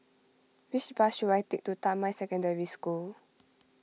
which bus should I take to Damai Secondary School